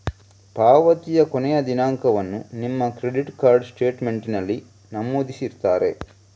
ಪಾವತಿಯ ಕೊನೆಯ ದಿನಾಂಕವನ್ನ ನಿಮ್ಮ ಕ್ರೆಡಿಟ್ ಕಾರ್ಡ್ ಸ್ಟೇಟ್ಮೆಂಟಿನಲ್ಲಿ ನಮೂದಿಸಿರ್ತಾರೆ